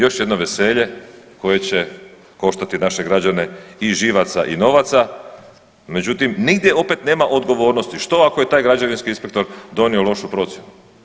Još jedno veselje koje će koštati naše građane i živaca i novaca, međutim nigdje opet nema odgovornosti, što ako je taj građevinski inspektor donio lošu procijenu?